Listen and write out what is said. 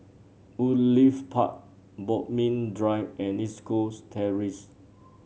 Woodleigh Park Bodmin Drive and East Coast Terrace